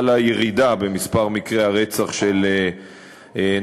חלה ירידה במספר מקרי הרצח של נשים.